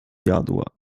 jadła